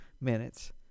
minutes